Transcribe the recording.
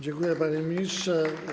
Dziękuję, panie ministrze.